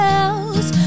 else